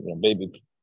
baby